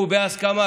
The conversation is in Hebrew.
ובהסכמה,